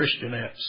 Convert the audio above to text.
Christianettes